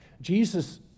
Jesus